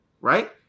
Right